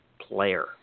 player